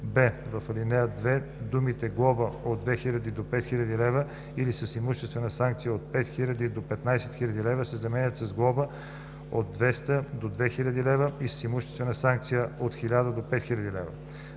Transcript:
б) в ал. 2 думите „глоба от 2000 до 5000 лв. или с имуществена санкция от 5000 до 15 000 лв.“ се заменят с „глоба от 200 до 2000 лв. или с имуществена санкция от 1000 до 5000 лв.“;